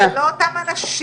זה לא אותם אנשים.